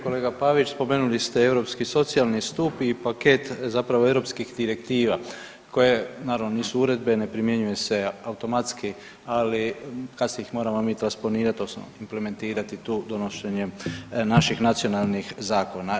Kolega Pavić, spomenuli ste Europski socijalni stup i paket zapravo europskih direktiva koje naravno nisu uredbe, ne primjenjuju se automatski, ali kasnije ih moramo to isplanirat odnosno implementirati tu donošenjem naših nacionalnih zakona.